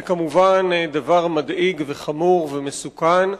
זה כמובן דבר מדאיג, וחמור ומסוכן,